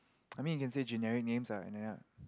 I mean you can say generic names ah and then I